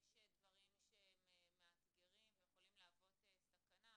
יש דברים שהם מאתגרים ויכולים להוות סכנה.